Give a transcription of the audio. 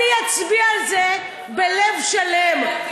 אני אצביע על זה בלב שלם,